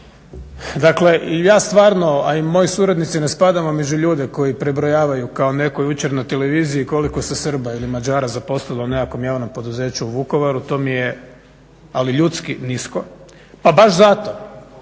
Dakle, i ja stvarno a i moji suradnici ne spadamo među ljude koji prebrojavaju kao netko jučer na televiziji koliko se Srba ili Mađara zaposlilo u nekakvom javnom poduzeću u Vukovaru, to mi je ali ljudski nisko. Pa baš zato